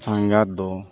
ᱥᱟᱸᱜᱷᱟᱨ ᱫᱚ